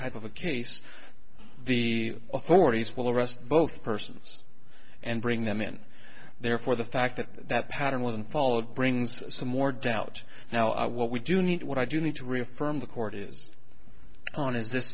type of a case the authorities will arrest both persons and bring them in there for the fact that that pattern wasn't followed brings some more doubt now what we do need what i do need to reaffirm the court is on is this